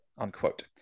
unquote